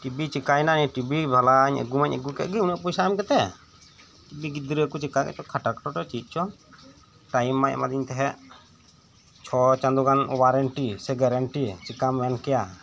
TV ᱪᱮᱠᱟᱭᱮᱱᱟ TB ᱵᱷᱟᱞᱟᱧ ᱟᱹᱜᱩᱢᱟᱧ ᱟᱹᱜᱩ ᱠᱮᱫ ᱜᱮ ᱩᱱᱟᱹᱜ ᱯᱚᱭᱥᱟ ᱮᱢᱠᱟᱛᱮᱫ ᱫᱤᱭᱮ ᱜᱤᱫᱽᱨᱟᱹᱠᱚ ᱪᱤᱠᱟᱹ ᱠᱮᱛᱪᱚᱠᱚ ᱠᱷᱟᱴᱟᱨ ᱠᱷᱚᱴᱚᱨ ᱪᱮᱫ ᱪᱚ ᱴᱟᱭᱤᱢ ᱢᱟᱭ ᱮᱢᱟᱫᱤᱧ ᱛᱟᱦᱮᱸᱫ ᱪᱷᱚ ᱪᱟᱸᱫᱳ ᱜᱟᱱ ᱳᱣᱟᱨᱮᱱᱴᱤ ᱥᱮ ᱜᱮᱨᱮᱱᱴᱤ ᱪᱤᱠᱟᱹᱢ ᱢᱮᱱᱠᱮᱭᱟ